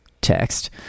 text